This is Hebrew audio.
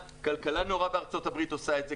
כלכלה נאורה בארצות הברית עושה את זה,